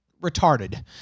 retarded